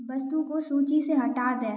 वस्तु को सूची से हटा दें